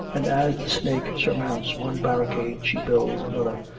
and as the snake surmounts one barricade she builds another.